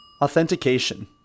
Authentication